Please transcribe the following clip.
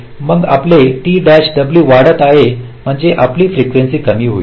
मग आपले t w वाढत आहे म्हणजे आपली फ्रीकेंसी कमी होईल